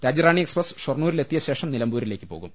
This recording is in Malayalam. രാജ്യറാണി എക്സ്പ്രസ് ഷൊർണൂരിലെത്തിയ ശേഷം നില മ്പൂരിലേക്ക് പോകും